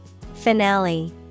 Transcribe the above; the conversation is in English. Finale